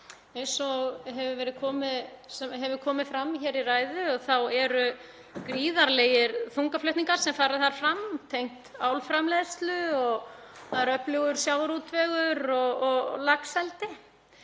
Eins og hefur komið fram hér í ræðu eru gríðarlegir þungaflutningar sem fara þar fram, tengt álframleiðslu, það er öflugur sjávarútvegur og laxeldi.